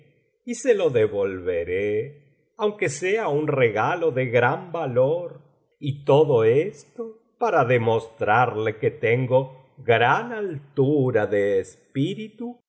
y se lo devolveré aunque sea un regalo de gran valor y todo esto para demostrarle que tengo gran altura de espíritu